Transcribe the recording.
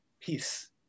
peace